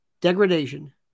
degradation